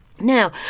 Now